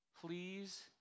please